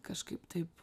kažkaip taip